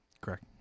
Correct